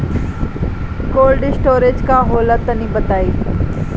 Cold storage का होला तनि बताई?